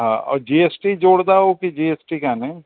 हा अहो G S T जोड़ींदा आहियो की जी एस टी कान्हे